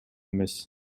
эмес